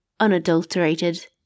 unadulterated